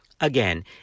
Again